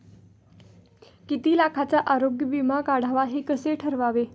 किती लाखाचा आरोग्य विमा काढावा हे कसे ठरवावे?